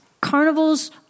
Carnivals